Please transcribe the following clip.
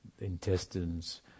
intestines